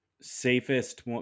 safest